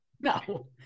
No